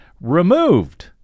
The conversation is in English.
removed